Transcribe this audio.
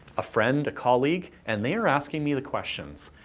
a friend, a colleague, and they are asking me the questions.